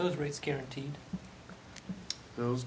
those rates guaranteed those